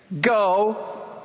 go